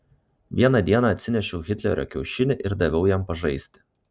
vieną dieną atsinešiau hitlerio kiaušinį ir daviau jam pažaisti